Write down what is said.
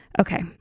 Okay